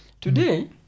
Today